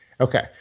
Okay